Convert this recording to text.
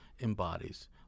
embodies